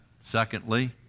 secondly